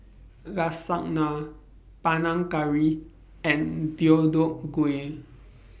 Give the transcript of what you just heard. Lasagna Panang Curry and Deodeok Gui